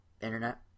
Internet